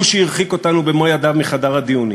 הוא שהרחיק אותנו במו-ידיו מחדר הדיונים.